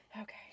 Okay